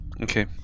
Okay